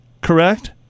correct